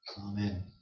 Amen